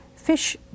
Fish